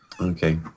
Okay